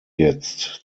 jetzt